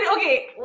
Okay